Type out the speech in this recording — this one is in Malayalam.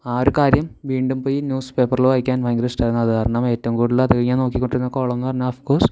ആ ഒരു കാര്യം വീണ്ടും പോയി ന്യൂസ് പേപ്പറിൽ വായിക്കാൻ ഭയങ്കര ഇഷ്ടമായിരുന്നു അതു കാരണം ഏറ്റവും കൂടുതൽ അതിൽ ഞാൻ നോക്കികൊണ്ടിരുന്ന കോളം എന്നുപറഞ്ഞാൽ ഒഫ് കോഴ്സ്